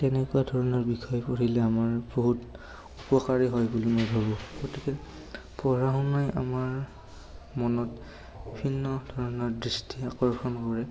তেনেকুৱা ধৰণৰ বিষয় পঢ়িলে আমাৰ বহুত উপকাৰী হয় বুলি মই ভাবোঁ গতিকে পঢ়া শুনাই আমাৰ মনত বিভিন্ন ধৰণৰ দৃষ্টি আকৰ্ষণ কৰে